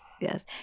yes